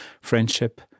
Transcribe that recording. Friendship